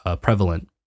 prevalent